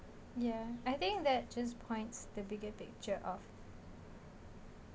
yeah I think that just points the bigger picture of